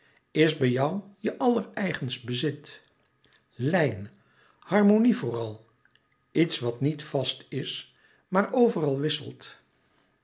is bij jou je allereigenst bezit lijn harmonie vooral iets wat niet vast is maar overal wisselt